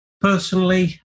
Personally